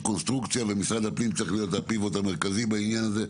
הפנים צריך להיות הציר המרכזי בעניין הזה.